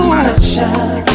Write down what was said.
sunshine